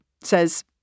says